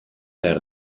behar